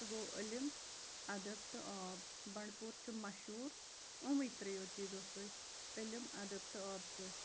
سُہ گوٚو علم اَدَب تہٕ آب بنٛڈپوٗر چھُ مَشہوٗر یِموٕے ترٛیٚیو چیٖزو سۭتۍ علم اَدَب تہٕ آب سۭتۍ